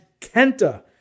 Kenta